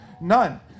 none